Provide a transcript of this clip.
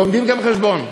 לומדים גם חשבון.